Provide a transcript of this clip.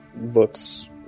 looks